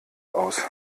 aus